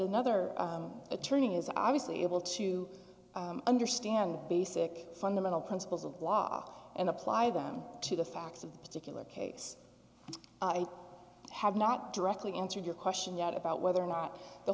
another attorney is obviously able to understand the basic fundamental principles of law and apply them to the facts of the particular case they have not directly answered your question yet about whether or not the